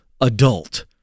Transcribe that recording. adult